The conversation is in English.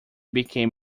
became